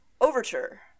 Overture